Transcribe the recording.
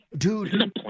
Dude